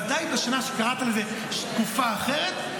ודאי בשנה שקראת לה תקופה אחרת,